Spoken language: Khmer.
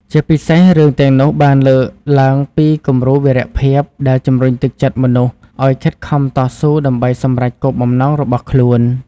ជាពិសេស រឿងទាំងនោះបានលើកឡើងពីគំរូវីរៈភាពដែលជំរុញទឹកចិត្តមនុស្សឲ្យខិតខំតស៊ូដើម្បីសម្រេចបំណងរបស់ខ្លួន។